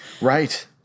Right